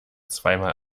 zweimal